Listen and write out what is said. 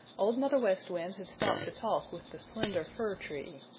old mother west wind had stopped to talk with the slender fir tree.